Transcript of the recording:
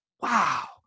wow